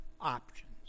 options